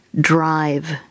drive